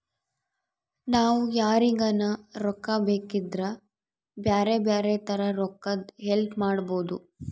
ನಾವು ಯಾರಿಗನ ರೊಕ್ಕ ಬೇಕಿದ್ರ ಬ್ಯಾರೆ ಬ್ಯಾರೆ ತರ ರೊಕ್ಕದ್ ಹೆಲ್ಪ್ ಮಾಡ್ಬೋದು